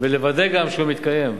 ולוודא גם שהוא מתקיים.